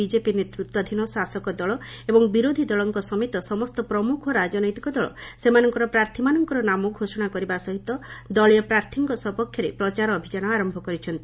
BJP ନେତୃତ୍ୱାଧୀନ ଶାସକ ଦଳ ଏବଂ ବିରୋଧୀ ଦଳଙ୍କ ସମେତ ସମସ୍ତ ପ୍ରମୁଖ ରାଜନୈତିକ ଦଳ ସେମାନଙ୍କର ପ୍ରାର୍ଥୀମାନଙ୍କର ନାମ ଘୋଷଣା କରିବା ସହିତ ଦଳୀୟ ପ୍ରାର୍ଥୀଙ୍କ ସପକ୍ଷରେ ପ୍ରଚାର ଅଭିଯାନ ଆରମ୍ଭ କରିଛନ୍ତି